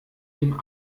dem